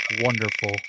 wonderful